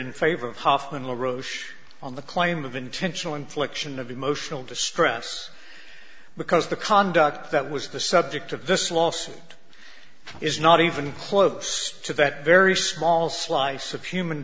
in favor of hoffman la roche on the claim of intentional infliction of emotional distress because the conduct that was the subject of this lawsuit is not even close to that very small slice of human